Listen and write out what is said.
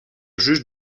juge